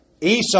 Esau